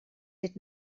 did